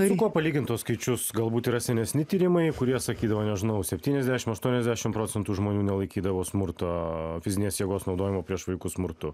su kuo palygint tuos skaičius galbūt yra senesni tyrimai kurie sakydavo nežinau septyniasdešimt aštuoniasdešimt procentų žmonių nelaikydavo smurto fizinės jėgos naudojimu prieš vaikus smurtu